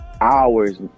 hours